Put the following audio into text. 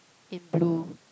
in blue